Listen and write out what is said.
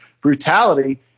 brutality